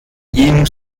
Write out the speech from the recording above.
ihm